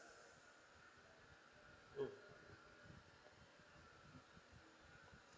mm